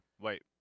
Wait